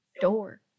door